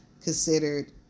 considered